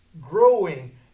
growing